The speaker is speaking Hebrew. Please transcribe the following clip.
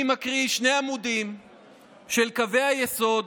אני מקריא שני עמודים של קווי היסוד